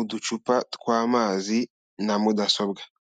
uducupa tw'amazi na mudasobwa.